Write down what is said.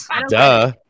Duh